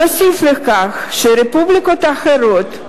נוסיף לכך שרפובליקות אחרות,